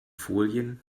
folien